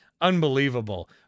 Unbelievable